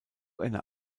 einer